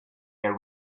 year